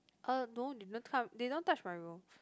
uh no they don't come they don't touch my room